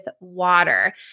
water